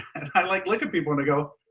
i like look at people, and i go,